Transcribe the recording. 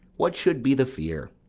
what should be the fear?